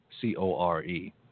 C-O-R-E